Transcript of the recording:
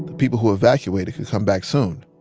people who evacuated could come back soon.